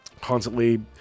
constantly